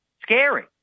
scary